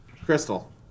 Crystal